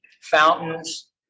fountains